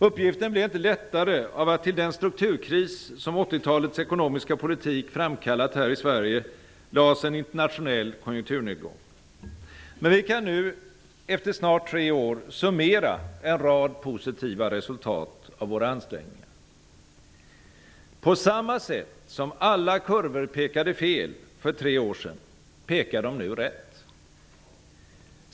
Uppgiften blev inte lättare av att till den strukturkris som 80 talets ekonomiska politik framkallat här i Sverige lades en internationell konjunkturnedgång. Men vi kan nu efter snart tre år summera en rad positiva resultat av våra ansträngningar. På samma sätt som alla kurvor pekade fel för tre år sedan, pekar de nu rätt.